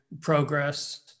progress